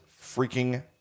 freaking